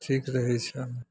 ठीक रहै छै